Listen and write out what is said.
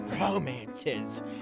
romances